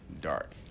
dark